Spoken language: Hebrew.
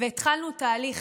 והתחלנו תהליך.